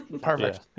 Perfect